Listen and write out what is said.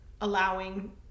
allowing